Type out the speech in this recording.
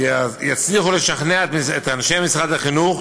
יצליחו לשכנע בזה את אנשי משרד החינוך,